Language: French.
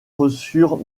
reçurent